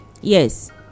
yes